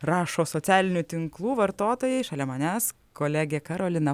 rašo socialinių tinklų vartotojai šalia manęs kolegė karolina